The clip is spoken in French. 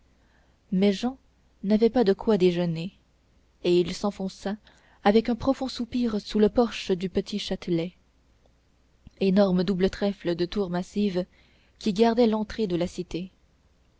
mais jehan n'avait pas de quoi déjeuner et il s'enfonça avec un profond soupir sous le porche du petit châtelet énorme double trèfle de tours massives qui gardait l'entrée de la cité